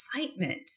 excitement